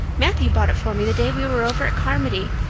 matthew bought it for me the day we were over at carmody.